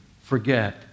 forget